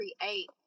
create